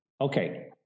okay